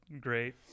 Great